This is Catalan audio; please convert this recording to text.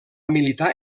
militar